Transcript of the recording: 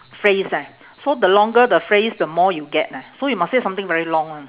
phrase eh so the longer the phrase the more you get leh so you must say something very long [one]